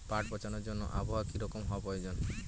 পাট পচানোর জন্য আবহাওয়া কী রকম হওয়ার প্রয়োজন?